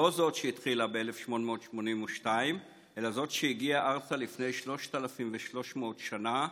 לא זאת שהתחילה ב-1882 אלא זאת שהגיעה ארצה לפני 3,300 שנה,